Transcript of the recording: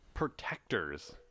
Protectors